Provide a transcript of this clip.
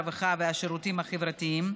הרווחה והשירותים החברתיים.